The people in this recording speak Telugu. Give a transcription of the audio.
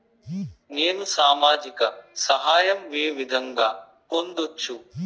నేను సామాజిక సహాయం వే విధంగా పొందొచ్చు?